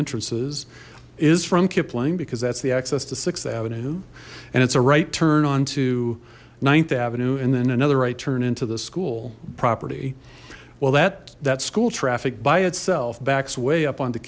entrances is from kipling because that's the access to sixth avenue and it's a right turn onto ninth avenue and then another right turn into the school property well that that school traffic by itself backs way up onto